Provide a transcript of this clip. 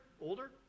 Older